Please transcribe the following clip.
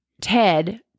Ted